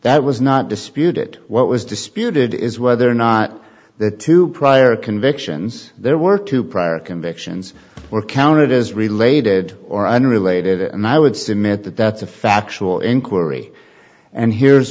that was not disputed what was disputed is whether or not the two prior convictions there were two prior convictions were counted as related or unrelated and i would submit that that's a factual inquiry and here's